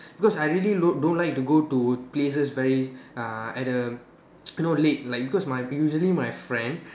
because I really don't don't like to go to places very uh at the you know late like because my usually my friend